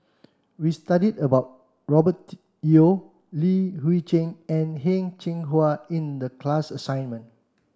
we studied about Robert Yeo Li Hui Cheng and Heng Cheng Hwa in the class assignment